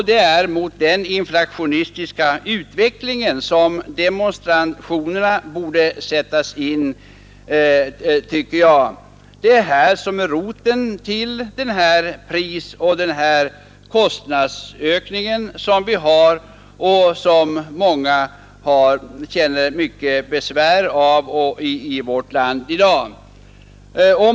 Demonstrationerna borde sättas in, tycker jag, mot orsaken till de företeelser som många känner besvär av i vårt land i dag.